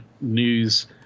news